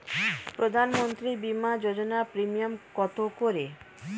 প্রধানমন্ত্রী বিমা যোজনা প্রিমিয়াম কত করে?